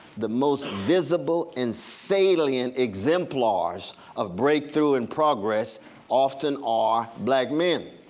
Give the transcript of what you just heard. the most visible and salient exemplars of breakthrough and progress often are black men.